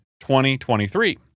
2023